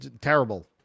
terrible